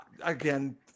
again